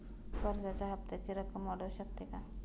कर्जाच्या हप्त्याची रक्कम वाढवू शकतो का?